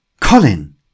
Colin